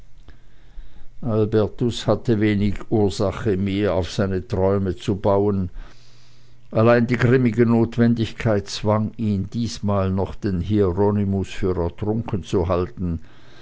albertus hatte zwar wenig ursache mehr auf seine träume zu bauen allein die grimmige notwendigkeit zwang ihn diesmal noch den hieronymus für ertrunken zu halten